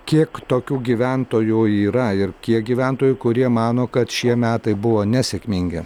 kiek tokių gyventojų yra ir kiek gyventojų kurie mano kad šie metai buvo nesėkmingi